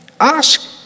Ask